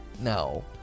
No